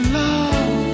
love